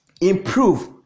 improve